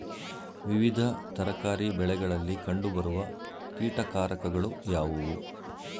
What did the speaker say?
ವಿವಿಧ ತರಕಾರಿ ಬೆಳೆಗಳಲ್ಲಿ ಕಂಡು ಬರುವ ಕೀಟಕಾರಕಗಳು ಯಾವುವು?